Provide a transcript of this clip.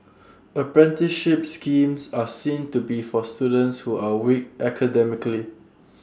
apprenticeship schemes are seen to be for students who are weak academically